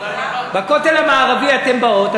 בכותל המערבי אתן באות,